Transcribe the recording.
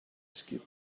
skip